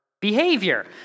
behavior